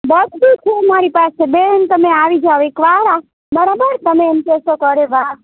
બધું છે મારી પાસે બેન તમે આવી જાવ એકવાર બરાબર તમે એમ કહેશો કે અરે વાહ